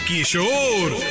Kishore